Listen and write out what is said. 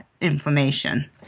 inflammation